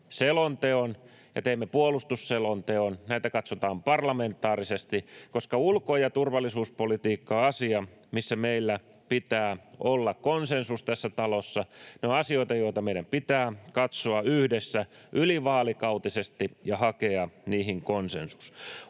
selonteon ja teemme puolustusselonteon ja näitä katsotaan parlamentaarisesti, koska ulko- ja turvallisuuspolitiikka on asia, missä meillä pitää olla konsensus tässä talossa. Ne ovat asioita, joita meidän pitää katsoa yhdessä ylivaalikautisesti ja hakea niihin konsensus.